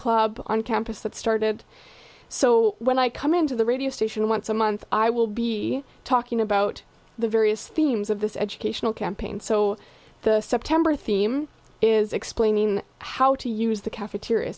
club on campus that started so when i come into the radio station once a month i will be talking about the various themes of this educational campaign so the september theme is explaining how to use the cafeteria